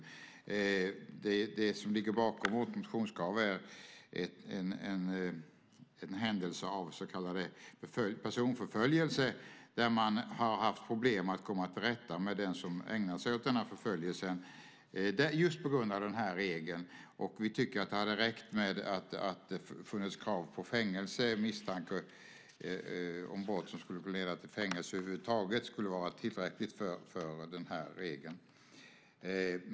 Det som ligger bakom vårt motionskrav är en händelse, så kallad personförföljelse, där man har haft problem att komma till rätta med den som ägnar sig åt denna förföljelse just på grund av den här regeln. Vi tycker att det hade räckt att det hade funnits misstanke om brott som skulle kunna leda till fängelse över huvud taget. Det skulle vara tillräckligt för den här regeln.